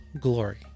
glory